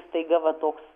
staiga va toks